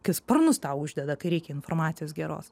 kai sparnus tau uždeda kai reikia informacijos geros